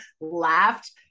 laughed